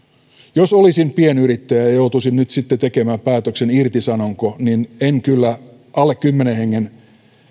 jos olisin pienyrittäjä ja ja joutuisin nyt sitten tekemään päätöksen irtisanonko niin en kyllä alle kymmenen hengen